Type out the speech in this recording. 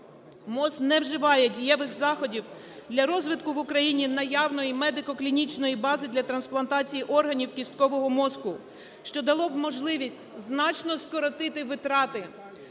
МОЗ не вживає дієвих заходів для розвитку в Україні наявної медико-клінічної бази для трансплантації органів кісткового мозку, що дало б можливість значно скоротити витрати.